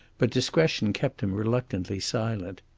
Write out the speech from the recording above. but discretion kept him reluctantly silent.